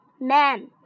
man